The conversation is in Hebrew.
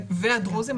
והדרוזיים.